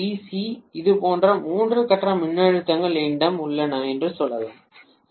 C இது போன்ற மூன்று கட்ட மின்னழுத்தங்கள் என்னிடம் உள்ளன என்று சொல்லலாம் சரி